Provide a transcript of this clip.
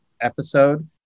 episode